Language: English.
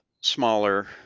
smaller